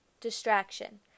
distraction